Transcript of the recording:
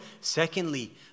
secondly